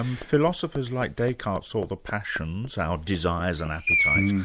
um philosophers like descartes saw the passions, our desires and appetites,